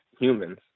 humans